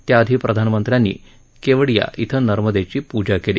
त्याआधी प्रधानमंत्र्यांनी केवडिया क्वे नर्मदेची पूजा केली